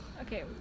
Okay